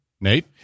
Nate